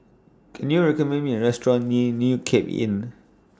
Can YOU recommend Me A Restaurant near New Cape Inn